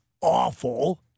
awful